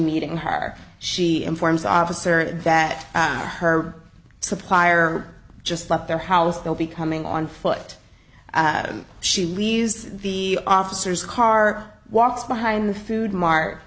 meeting her she informs officer that her supplier just left their house they'll be coming on foot and she leaves the officers car walks behind the food mart